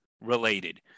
Related